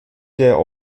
der